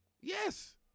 Yes